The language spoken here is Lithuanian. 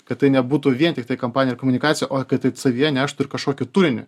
kad tai nebūtų vien tiktai kampanija ir komunikacija o tai savyje neštų ir kažkokį turinį